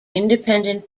independent